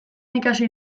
ikasi